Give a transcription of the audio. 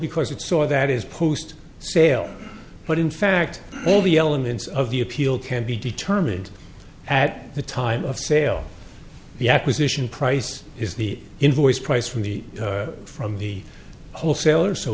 because it saw that is post sale but in fact all the elements of the appeal can be determined at the time of sale the acquisition price is the invoice price from the from the wholesaler so